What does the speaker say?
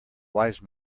wise